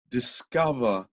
discover